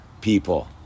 people